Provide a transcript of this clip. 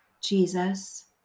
Jesus